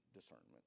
discernment